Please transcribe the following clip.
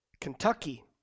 Kentucky